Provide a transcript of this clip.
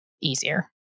easier